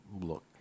look